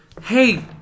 Hey